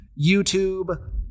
YouTube